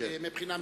מבחינה משפטית.